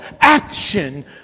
action